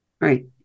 Right